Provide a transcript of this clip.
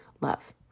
love